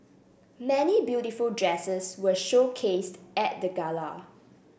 many beautiful dresses were showcased at the gala